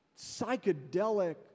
psychedelic